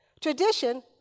Tradition